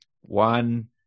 one